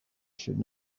should